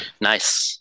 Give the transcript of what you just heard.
nice